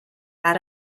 out